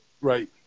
Right